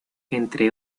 entre